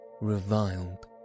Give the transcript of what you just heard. reviled